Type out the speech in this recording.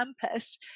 campus